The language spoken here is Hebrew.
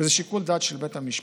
וזה שיקול דעת של בית המשפט,